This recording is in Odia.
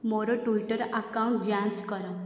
ମୋର ଟ୍ୱିଟର୍ ଆକାଉଣ୍ଟ୍ ଯାଞ୍ଚ କର